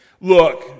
look